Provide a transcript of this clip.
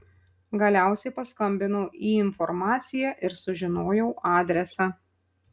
galiausiai paskambinau į informaciją ir sužinojau adresą